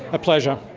a pleasure.